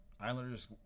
Islanders